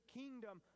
kingdom